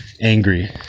angry